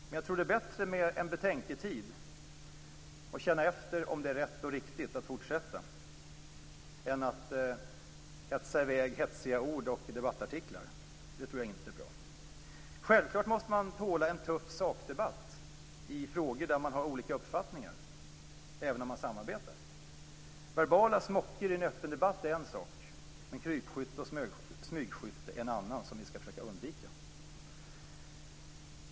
Men jag tror att det är bättre med en betänketid och att vi känner efter om det är rätt och riktigt att fortsätta än att kasta i väg hetsiga ord och debattartiklar - det är inte bra. Självklart måste man tåla en tuff sakdebatt i frågor där man har olika uppfattningar även om man samarbetar. Verbala smockor i en öppen debatt är en sak, men krypskytte och smygskytte är en annan, som vi skall försöka undvika.